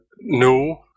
No